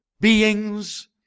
beings